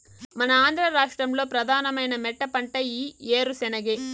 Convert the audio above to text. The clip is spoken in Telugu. మన ఆంధ్ర రాష్ట్రంలో ప్రధానమైన మెట్టపంట ఈ ఏరుశెనగే